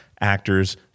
actors